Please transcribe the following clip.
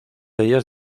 ellas